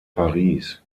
paris